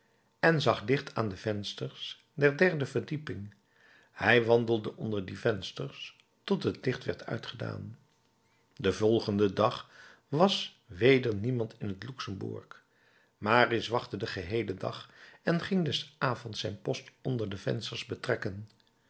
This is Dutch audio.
en zag licht aan de vensters der derde verdieping hij wandelde onder die vensters tot het licht werd uitgedaan den volgenden dag was weder niemand in het luxemburg marius wachtte den geheelen dag en ging des avonds zijn post onder de vensters betrekken